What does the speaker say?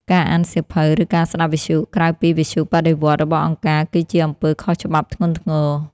ការអានសៀវភៅ ឬការស្ដាប់វិទ្យុក្រៅពីវិទ្យុបដិវត្តន៍របស់អង្គការ គឺជាអំពើខុសច្បាប់ធ្ងន់ធ្ងរ។